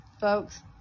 folks